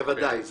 בוודאי.